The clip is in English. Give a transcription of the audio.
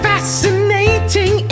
Fascinating